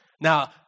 Now